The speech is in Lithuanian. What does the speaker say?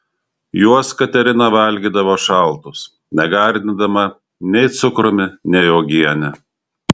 juos katerina valgydavo šaltus negardindama nei cukrumi nei uogiene